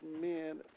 men